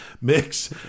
mix